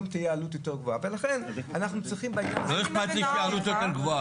אנחנו שמענו כאן דברים אחרים לגמרי,